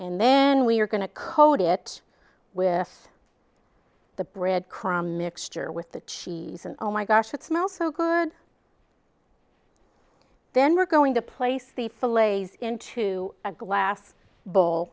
and then we're going to code it with the bread crumb mixture with the cheese and oh my gosh it smells so good then we're going to place the full lays into a glass bowl